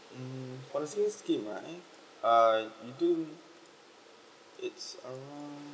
mm for the single scheme right uh you do it's around